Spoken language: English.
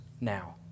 now